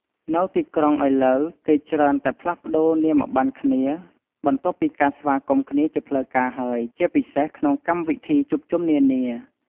នៅទីក្រុងឥឡូវ គេច្រើនតែផ្លាស់ប្តូរនាមប័ណ្ណគ្នា បន្ទាប់ពីការស្វាគមន៍គ្នាជាផ្លូវការហើយ ជាពិសេសក្នុងកម្មវិធីជួបជុំនានា។